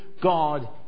God